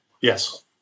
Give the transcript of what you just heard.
Yes